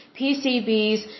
PCBs